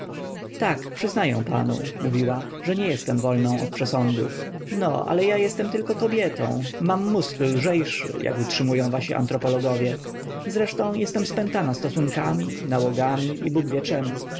tak przyznaję panu mówiła że nie jestem wolną od przesądów no ale ja jestem tylko kobietą mam mózg lżejszy jak utrzymują wasi antropologowie zresztą jestem spętana stosunkami nałogami i bóg wie czem